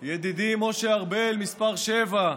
ידידי משה ארבל, מס' 7,